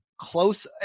close